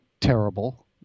terrible